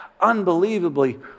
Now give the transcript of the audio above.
unbelievably